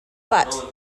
but